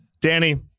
Danny